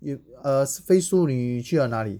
you uh phase two 你去了哪里